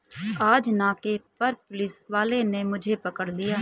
आज नाके पर पुलिस वाले ने मुझे पकड़ लिया